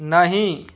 नहीं